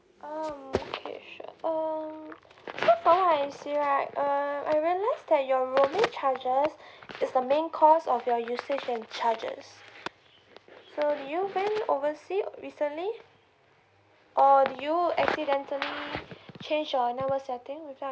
um okay sure um I see right err I realized that your roaming charges is the main cause of your usage and charges so do you went oversea recently or do you accidentally change your network setting without